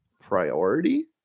priority